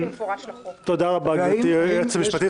תודה רבה, גברתי היועצת המשפטית.